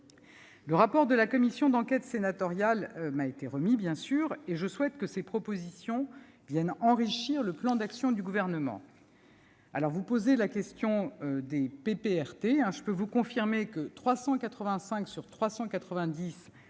Le rapport de la commission d'enquête sénatoriale m'a été remis, et je souhaite que ses propositions viennent enrichir le plan d'action du Gouvernement. Pour ce qui concerne les PPRT, je peux vous confirmer que 385 plans sur 390